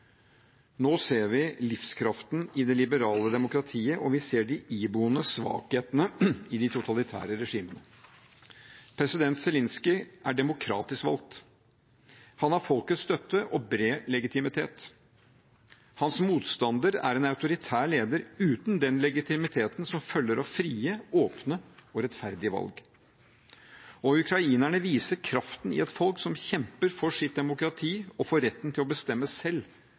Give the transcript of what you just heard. nå ser vi livskraften i det liberale demokratiet, og vi ser de iboende svakhetene i de totalitære regimene. President Zelenskyj er demokratisk valgt. Han har folkets støtte og bred legitimitet. Hans motstander er en autoritær leder uten den legitimiteten som følger av frie, åpne og rettferdige valg. Ukrainerne viser kraften i et folk som kjemper for sitt demokrati og for retten til å bestemme selv